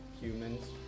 humans